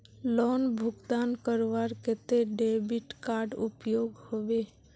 Loan भुगतान करवार केते डेबिट कार्ड उपयोग होबे?